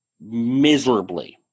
miserably